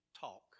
talk